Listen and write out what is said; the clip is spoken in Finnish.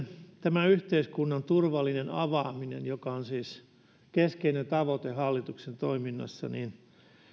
tämä yhteiskunnan turvallinen avaaminen joka on siis keskeinen tavoite hallituksen toiminnassa